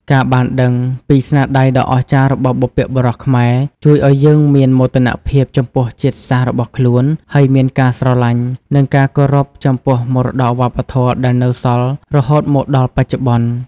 ការបានដឹងពីស្នាដៃដ៏អស្ចារ្យរបស់បុព្វបុរសខ្មែរជួយឲ្យយើងមាន មោទនភាពចំពោះជាតិសាសន៍របស់ខ្លួន ហើយមានការស្រឡាញ់ និងការគោរពចំពោះមរតកវប្បធម៌ដែលនៅសល់រហូតមកដល់បច្ចុប្បន្ន។